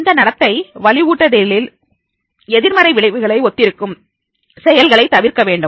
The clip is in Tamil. இந்த நடத்தை வலுவூட்டுதல் இல் எதிர்மறை விளைவுகளை ஒத்திருக்கும் செயல்களை தவிர்க்க வேண்டும்